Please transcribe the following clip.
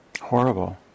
horrible